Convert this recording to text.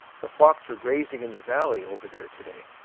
the flocks were grazing in the valley over there to-day.